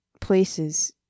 places